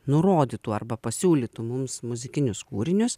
nurodytų arba pasiūlytų mums muzikinius kūrinius